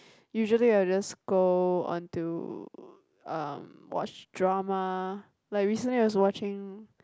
usually I will just go on to um watch drama like recently I was watching